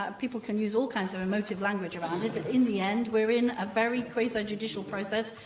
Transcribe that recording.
ah people can use all kinds of emotive language around it, but in the end, we're in a very quasi-judicial process.